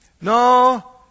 No